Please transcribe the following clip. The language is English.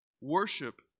Worship